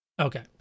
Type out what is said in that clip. Okay